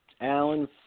Alan